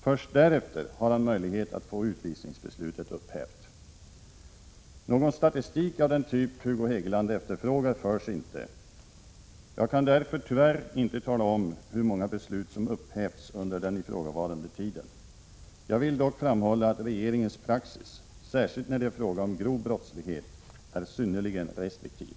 Först därefter har han möjlighet att få utvisningsbeslutet upphävt. Någon statistik av den typ Hugo Hegeland efterfrågar förs inte. Jag kan därför tyvärr inte tala om hur många beslut som upphävts under den ifrågavarande tiden. Jag vill dock framhålla att regeringens praxis, särskilt när det är fråga om grov brottslighet, är synnerligen restriktiv.